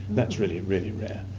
that's really, really rare.